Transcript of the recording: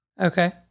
Okay